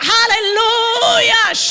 Hallelujah